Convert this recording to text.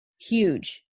huge